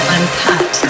Uncut